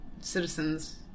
citizens